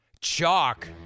Chalk